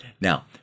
Now